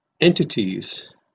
entities